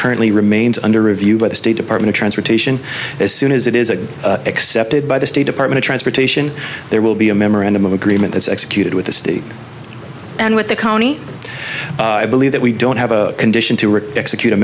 currently remains under review by the state department of transportation as soon as it is a accepted by the state department transportation there will be a memorandum of agreement it's executed with the city and with the county i believe that we don't have a condition to work execute